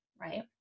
right